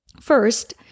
First